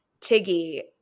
tiggy